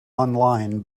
online